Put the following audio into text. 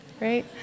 right